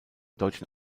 deutschen